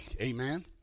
Amen